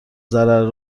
ضرر